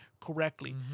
correctly